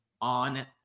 on